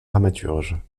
dramaturge